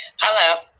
Hello